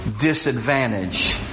disadvantage